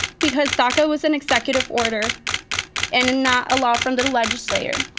because daca was an executive order and and not a law from the legislator.